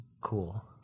Cool